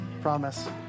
promise